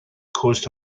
caused